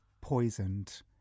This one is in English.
poisoned